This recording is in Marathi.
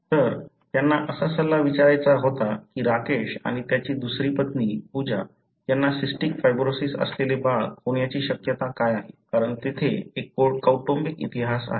तर त्यांना असा सल्ला विचारायचा होता की राकेश आणि त्याची दुसरी पत्नी पूजा यांना सिस्टिक फायब्रोसिस असलेले बाळ होण्याची शक्यता काय आहे कारण तेथे एक कौटुंबिक इतिहास आहे